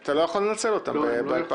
אתה לא יכול לנצל אותם ב-2019.